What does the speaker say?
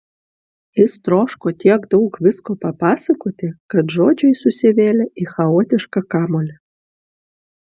jis troško tiek daug visko papasakoti kad žodžiai susivėlė į chaotišką kamuolį